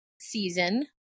season